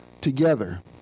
together